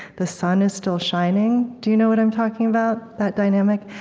the sun is still shining. do you know what i'm talking about, that dynamic?